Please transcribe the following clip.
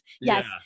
Yes